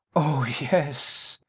oh yes!